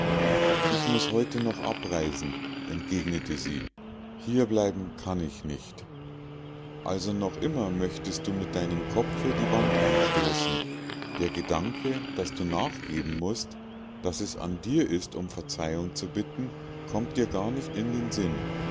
ich muß heute noch abreisen entgegnete sie hier bleiben kann ich nicht also noch immer möchtest du mit deinem kopfe die wand einstoßen der gedanke daß du nachgeben mußt daß es an dir ist um verzeihung zu bitten kommt dir gar nicht in den sinn